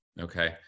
okay